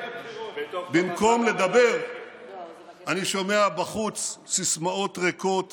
במקום לדבר אני שומע בחוץ סיסמאות ריקות